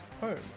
home